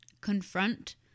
confront